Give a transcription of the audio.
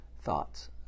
thoughts